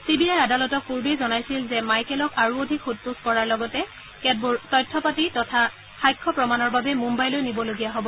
C B আয়ে আদালতক পূৰ্বেই জনাইছিল যে মাইকেলত আৰু অধিক সোধ পোচ কৰাৰ লগতে কেতবোৰ তথ্যপাতি তথা সাক্ষ্য প্ৰদানৰ বাবে মুঘাইলৈ নিবলগীয়া হ'ব